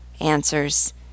answers